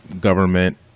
government